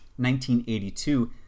1982